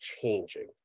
changing